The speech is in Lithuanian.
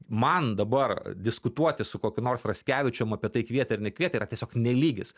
man dabar diskutuoti su kokiu nors raskevičium apie tai kvietė ar nekvietė yra tiesiog ne lygis